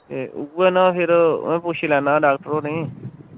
ऐ उ'यै ना फिर मैं पुच्छी लैन्ना डाक्टर होरें गी